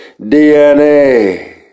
DNA